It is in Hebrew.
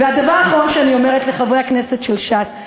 והדבר האחרון שאני אומרת לחברי הכנסת של ש"ס: